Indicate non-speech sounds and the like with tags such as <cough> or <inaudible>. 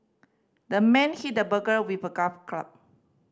the man hit the burglar with a <unintelligible> club